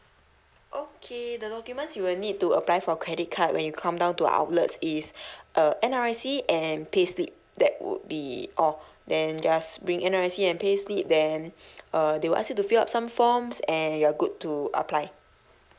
okay the documents you will need to apply for credit card when you come down to outlets is uh N_R_I_C and payslip that would be all then just bring N_R_I_C and payslip then uh they will ask you to fill up some forms and you're good to apply